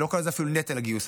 אני לא קורא לזה אפילו נטל הגיוס,